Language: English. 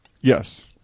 Yes